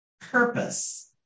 purpose